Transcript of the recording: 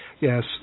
Yes